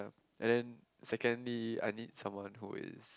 and then secondly I need someone who is